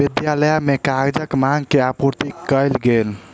विद्यालय के कागजक मांग के आपूर्ति कयल गेल